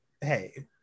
hey